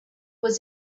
was